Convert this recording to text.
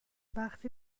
وقتی